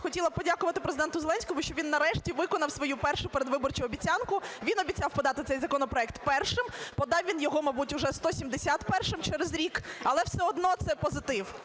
хотіла б подякувати Президенту Зеленському, що він, нарешті, виконав свою першу передвиборчу обіцянку. Він обіцяв подати цей законопроект першим, подав він його, мабуть, уже 171, через рік. Але все одно це позитив.